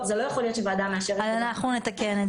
אבל זה אומר שהנהלים הקיימים לא ימשיכו להיות